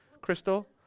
Crystal